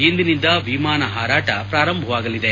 ಇಂದಿನಿಂದ ವಿಮಾನ ಹಾರಾಟ ಪ್ರಾರಂಭವಾಗಲಿದೆ